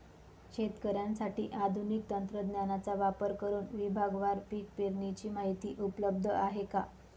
शेतकऱ्यांसाठी आधुनिक तंत्रज्ञानाचा वापर करुन विभागवार पीक पेरणीची माहिती उपलब्ध आहे का?